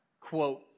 quote